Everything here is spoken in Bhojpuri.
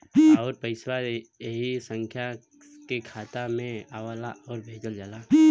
आउर पइसवा ऐही संख्या के खाता मे आवला आउर भेजल जाला